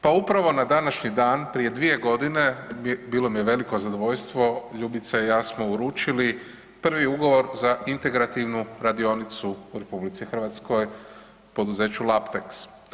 Pa upravo na današnji dan, prije 2 g. bilo mi je veliko zadovoljstvo Ljubica i ja smo uručili prvi ugovor za integrativnu radionicu u RH, poduzeću Laptex.